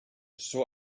saw